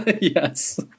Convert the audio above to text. Yes